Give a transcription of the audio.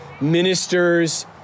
ministers